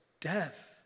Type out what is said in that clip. death